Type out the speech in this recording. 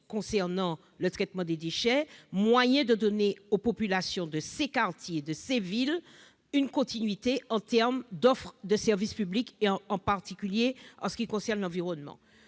concernant le traitement des déchets, de donner aux populations de ces quartiers et de ces villes une continuité en termes d'offre de service public, en particulier pour tout ce qui touche à l'environnement.